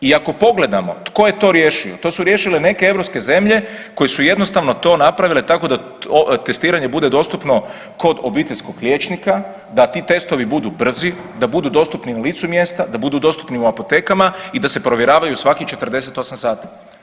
I ako pogledamo tko je to riješio, to su riješile neke europske zemlje koje su jednostavno to napravile tako da testiranje bude dostupno kod obiteljskog liječnika da ti testovi budu brzi, da budu dostupni na licu mjesta, da budu dostupni u apotekama i da se provjeravaju svakih 48 sati.